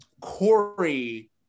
Corey